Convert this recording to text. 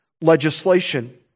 legislation